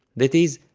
that is,